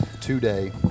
Today